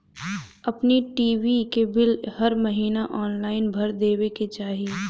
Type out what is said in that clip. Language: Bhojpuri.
अपनी टी.वी के बिल हर महिना ऑनलाइन भर देवे के चाही